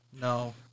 No